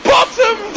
Bottom